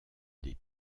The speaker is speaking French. des